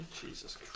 Jesus